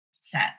set